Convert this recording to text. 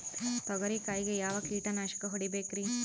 ತೊಗರಿ ಕಾಯಿಗೆ ಯಾವ ಕೀಟನಾಶಕ ಹೊಡಿಬೇಕರಿ?